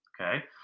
okay